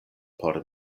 por